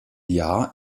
jahr